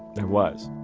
there was